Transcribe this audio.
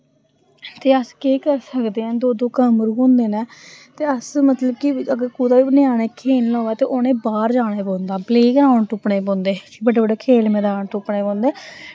ते अस केह् करी सकदे ऐं दो दो कमरू होंदे न ते अस मतलब कि अगर कुतै बी ञ्यानें खेलना होऐ ते उनें बाह्र जाने पौंदा प्ले ग्राउंड तुप्पने पौंदे बड्डे बड्डे खेल मदान तुप्पने पौंदे